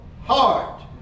heart